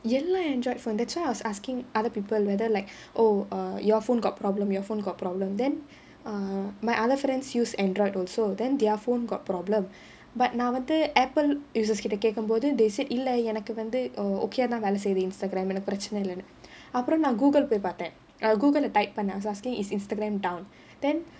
எல்லாம்:ellaam android phone that's why I was asking other people whether like oh err your phone got problem your phone got problem then err my other friends use android also then their phone got problem but நான் வந்து:naan vanthu Apple users கிட்ட கேட்கும்போது:kitta ketkumpodhu they said இல்ல எனக்கு வந்து:illa enakku vanthu ok வா தான் வேலை செய்து:vaa dhaan velai seithu Instagram எனக்கு பிரச்சனைனா இல்லைன்னு அப்புறம் நான்:enakku pirachanainaa illainu appuram naan Google போய் பாத்தேன்:poi paathaen Google leh type பண்ணேன்:pannaen was asking is Instagram down then